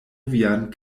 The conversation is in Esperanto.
vian